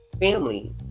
family